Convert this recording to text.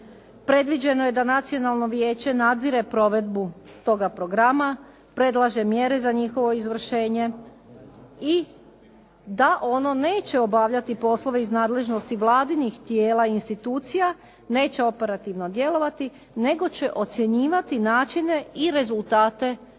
predviđeno je da Nacionalno vijeće nadzire provedbu toga programa, predlaže mjere za njihovo izvršenje i da ono neće obavljati poslove iz nadležnosti vladinih tijela i institucija, neće operativno djelovati, nego će ocjenjivati načine i rezultate provedbe